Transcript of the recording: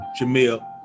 Jamil